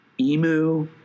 emu